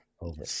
Over